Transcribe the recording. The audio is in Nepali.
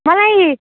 मलाई